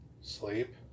Sleep